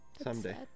someday